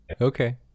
okay